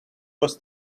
was